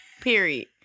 Period